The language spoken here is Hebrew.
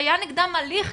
שהיה נגד האנשים הליך,